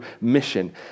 mission